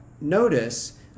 notice